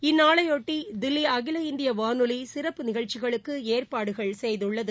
இந்நாளைபொட்டிதில்லிஅகில இந்தியவானொலிசிறப்பு நிகழ்ச்சிகளுக்குஏற்பாடுகள் செய்துள்ளது